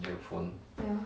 ya